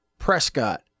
Prescott